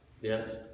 Yes